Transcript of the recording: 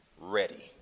ready